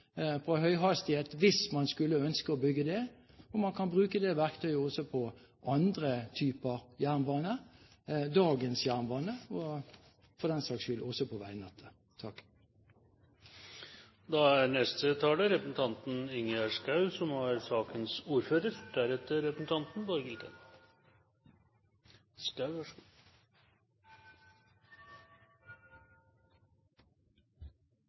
på høyhastighetstog, hvis man skulle ønske å bygge det, om man kan bruke det verktøyet også på andre typer jernbane, dagens jernbane og for den saks skyld også på